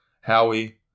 Howie